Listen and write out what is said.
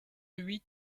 huit